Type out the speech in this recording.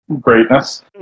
greatness